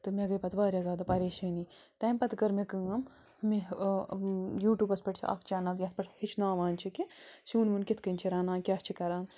تہٕ مےٚ گٔے پتہٕ وارِیاہ زیادٕ پَریشٲنی تمہِ پتہٕ کٔر مےٚ کٲم مےٚ یوٗٹیوٗبس پٮ۪ٹھ چھِ اَکھ چَنل یَتھ پٮ۪ٹھ ہیٚچھناوان چھِ کہِ سیُن ویُن کِتھ کٔنۍ چھِ رَنان کیٛاہ چھِ کَران